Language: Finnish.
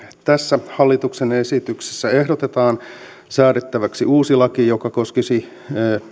tässä hallituksen esityksessä ehdotetaan säädettäväksi uusi laki joka koskisi